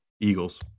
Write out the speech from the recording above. Eagles